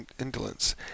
indolence